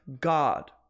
God